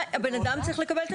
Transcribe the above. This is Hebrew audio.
בן אדם צריך לקבל את התשובות.